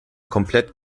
komplett